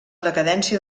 decadència